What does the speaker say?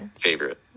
favorite